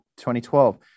2012